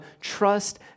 trust